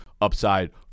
upside